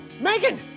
Megan